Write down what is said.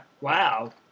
Wow